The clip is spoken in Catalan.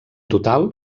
total